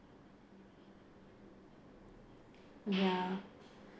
ya